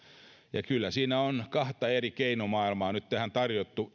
ja jos sen pelkistää niin kyllä siinä on kahta eri keinomaailmaa nyt tähän tarjottu